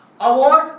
award